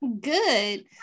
Good